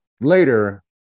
Later